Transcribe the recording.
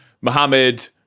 Mohammed